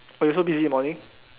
oh you're also busy in the morning